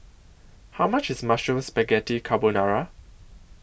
How much IS Mushroom Spaghetti Carbonara